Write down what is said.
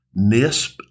NISP